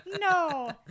no